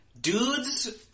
dude's